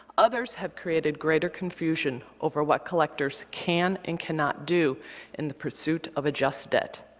others have created greater confusion over what collectors can and cannot do in the pursuit of a just debt.